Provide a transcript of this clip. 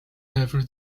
every